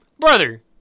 brother